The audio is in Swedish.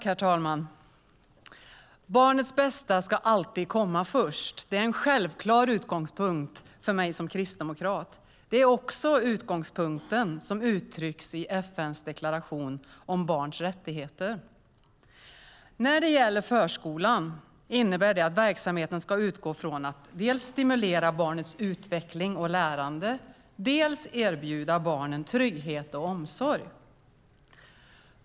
Herr talman! Barnets bästa ska alltid komma först. Det är en självklar utgångspunkt för mig som kristdemokrat. Det är också den utgångspunkt som uttrycks i FN:s deklaration om barns rättigheter. När det gäller förskolan innebär det att verksamheten ska utgå från att dels stimulera barnets utveckling och lärande, dels erbjuda barnen trygghet och omsorg.